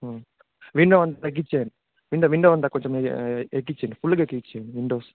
విండు అవన్ని తగ్గిచ్చేయండి window window ఉందా కొంచెం ఎక్కిచ్చండి ఫుల్లుగా ఎక్కిచ్చేండి విండోస్